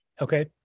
Okay